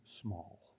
small